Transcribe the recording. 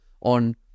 on